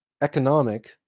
economic